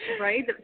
right